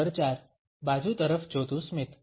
number 4 બાજુ તરફ જોતું સ્મિત